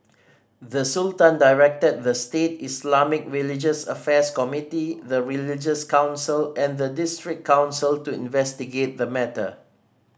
the Sultan directed the state Islamic religious affairs committee the religious council and the district council to investigate the matter